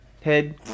head